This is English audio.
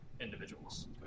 individuals